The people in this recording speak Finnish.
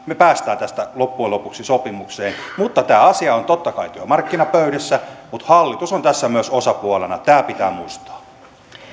me pääsemme tästä loppujen lopuksi sopimukseen mutta tämä asia on totta kai työmarkkinapöydissä mutta hallitus on tässä myös osapuolena tämä pitää muistaa